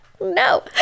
No